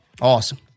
Awesome